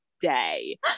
day